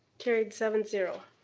carried seven zero.